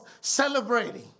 celebrating